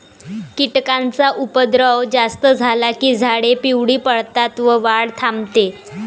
कीटकांचा उपद्रव जास्त झाला की झाडे पिवळी पडतात व वाढ थांबते